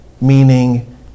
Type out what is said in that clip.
meaning